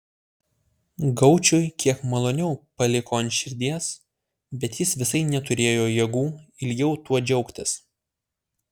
gaučiui kiek maloniau paliko ant širdies bet jis visai neturėjo jėgų ilgiau tuo džiaugtis